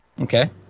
Okay